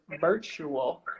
virtual